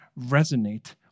resonate